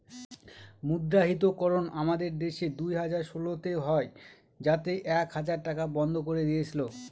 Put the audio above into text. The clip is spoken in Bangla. মুদ্রাহিতকরণ আমাদের দেশে দুই হাজার ষোলোতে হয় যাতে এক হাজার টাকা বন্ধ করে দিয়েছিল